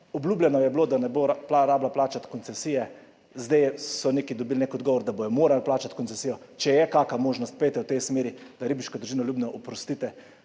Obljubljeno je bilo, da ji ne bo treba plačati koncesije, zdaj so dobili neki odgovor, da bodo morali plačati koncesijo. Če je kakšna možnost, pojdite v tej smeri, da Ribiško družino Ljubno oprostite